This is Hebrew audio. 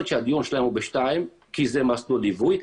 כשהדיון שלהם בשתיים כי זה מסלול ליווי,